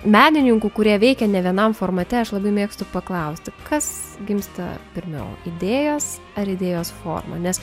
menininkų kurie veikia nevienam formate aš labai mėgstu paklausti kas gimsta pirmiau idėjos ar idėjos forma nes